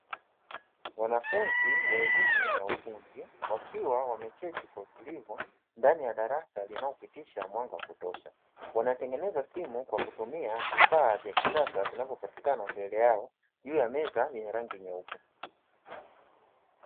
Wanafunzi wa elimu ya ufundi wakiwa wameketi kwa utulivu ndani ya darasa na kupitisha mwanga wa kutosha, wanatengeneza simu kwa kutumia vifaa vya kisasa vya kutengenezea vilivyowekwa mbele yao juu ya meza zenye rangi nyeupe.